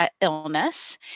illness